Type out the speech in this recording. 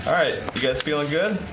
all right you guys feeling good